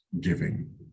giving